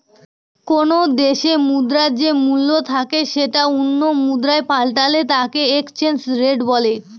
কোনো দেশে মুদ্রার যে মূল্য থাকে সেটা অন্য মুদ্রায় পাল্টালে তাকে এক্সচেঞ্জ রেট বলে